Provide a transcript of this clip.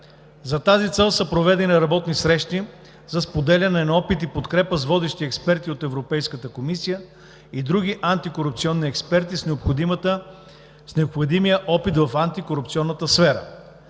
За тази цел са проведени работни срещи за споделяне на опит и подкрепа с водещи експерти от Европейската комисия и други антикорупционни експерти с необходимата експертиза в антикорупционната сфера.